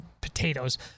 potatoes